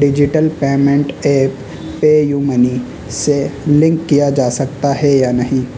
digital payment app PayUmoney سے link کیا جا سکتا ہے یا نہیں